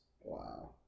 wow